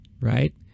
right